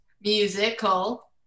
Musical